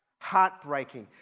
heartbreaking